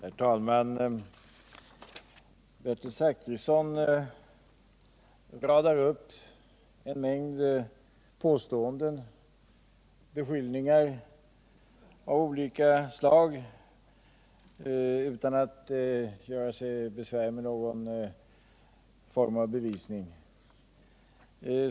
Herr talman! Bertil Zachrisson radar upp en mängd påståenden och beskyllningar av olika slag utan att göra sig besvär med någon form av bevisning.